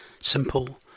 Simple